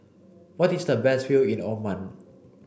what is the best view in Oman